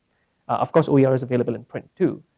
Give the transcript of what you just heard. of course oer ah is available in print too,